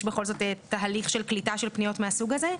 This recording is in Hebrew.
יש בכל זאת תהליך של קליטה של פניות מהסוג הזה.